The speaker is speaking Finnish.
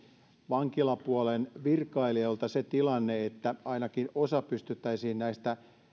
vankilapuolen virkailijoilta se tilanne että ainakin osa näistä